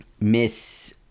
miss